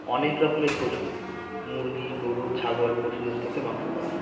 অনেক রকমের পশু মুরগি, গরু, ছাগল পশুদের থেকে মাংস পাই